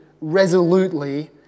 resolutely